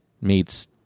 meets